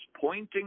pointing